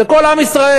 זה כל עם ישראל.